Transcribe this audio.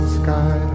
sky